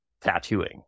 tattooing